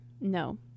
no